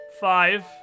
five